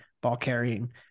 ball-carrying